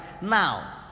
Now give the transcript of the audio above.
Now